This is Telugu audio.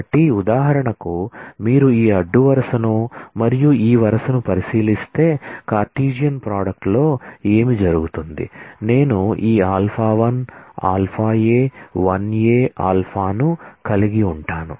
కాబట్టి ఉదాహరణకు మీరు ఈ అడ్డు వరుసను మరియు ఈ వరుసను పరిశీలిస్తే కార్టేసియన్ ప్రోడక్ట్ లో ఏమి జరుగుతుంది నేను ఈ α 1 α a 1a ఆల్ఫాను కలిగి ఉంటాను